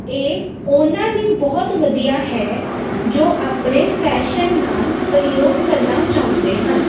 ਇਹ ਉਹਨਾਂ ਲਈ ਬਹੁਤ ਵਧੀਆ ਹੈ ਜੋ ਆਪਣੇ ਫੈਸ਼ਨ ਨਾਲ ਪ੍ਰਯੋਗ ਕਰਨਾ ਚਾਹੁੰਦੇ ਹਨ